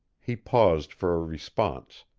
he paused for a response.